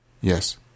Yes